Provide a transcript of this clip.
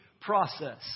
process